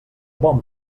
bon